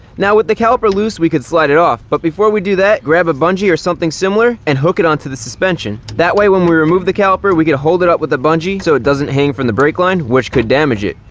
now with the caliper loose, we can slide it off. but before we do that, grab a bungee or something similar and hook it onto the suspension. that way when we remove the caliper, we can hold it up with a bungee so it doesn't hang from the brake line, which could damage it.